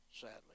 sadly